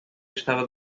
estava